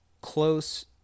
close